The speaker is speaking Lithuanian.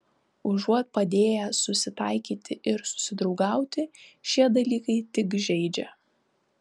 užuot padėję susitaikyti ir susidraugauti šie dalykai tik žeidžia